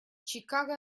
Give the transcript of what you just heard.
чикаго